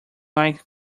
like